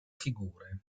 figure